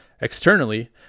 Externally